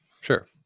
Sure